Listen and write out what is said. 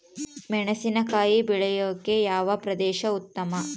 ಮೆಣಸಿನಕಾಯಿ ಬೆಳೆಯೊಕೆ ಯಾವ ಪ್ರದೇಶ ಉತ್ತಮ?